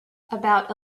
about